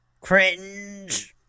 Cringe